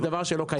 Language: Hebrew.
זה דבר שלא קיים.